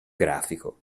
grafico